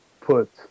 put